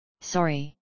Sorry